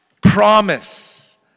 promise